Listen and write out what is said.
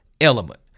element